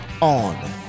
on